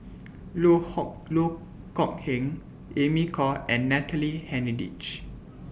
Loh Hock Loh Kok Heng Amy Khor and Natalie Hennedige